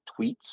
tweets